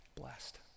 blessed